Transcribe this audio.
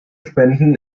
spenden